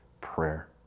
prayer